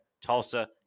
Tulsa